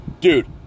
dude